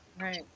right